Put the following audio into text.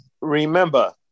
remember